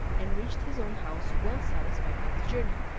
and reached his own house well satisfied with his journey,